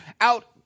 out